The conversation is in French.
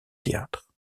théâtre